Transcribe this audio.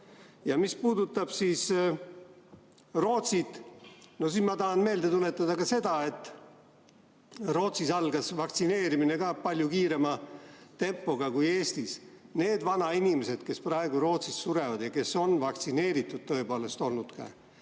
Mis puudutab Rootsit, siis ma tahan meelde tuletada ka seda, et Rootsis algas vaktsineerimine palju kiirema tempoga kui Eestis. Need vanainimesed, kes praegu Rootsis surevad ja kes on tõepoolest vaktsineeritud olnud,